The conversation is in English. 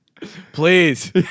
Please